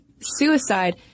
suicide